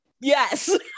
Yes